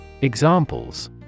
Examples